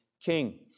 king